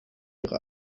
ihre